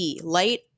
light